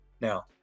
Now